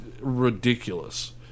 ridiculous